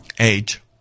Age